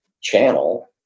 channel